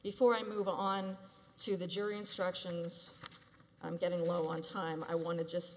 before i move on to the jury instructions i'm getting low on time i want to just